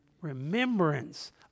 Remembrance